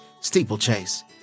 Steeplechase